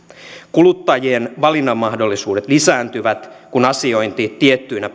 kuluttajien valinnanmahdollisuudet lisääntyvät kun asiointi tiettyinä